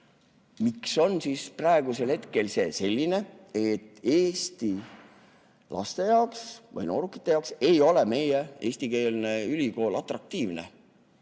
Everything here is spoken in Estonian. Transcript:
Miks on praegusel hetkel seis selline, et Eesti laste või noorukite jaoks ei ole meie eestikeelne ülikool atraktiivne?